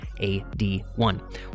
ad1